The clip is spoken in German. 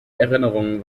erinnerungen